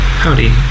howdy